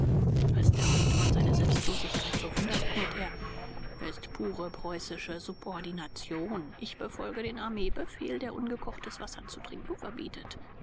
als der hauptmann seine selbstlosigkeit bewundert knurrt er ist pure preußische subordination ich befolge den armeebefehl der ungekochtes wasser zu trinken verbietet